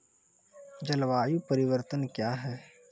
जलवायु परिवर्तन कया हैं?